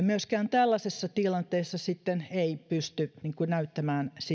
myöskään tällaisessa tilanteessa sitten pysty näyttämään